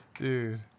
Dude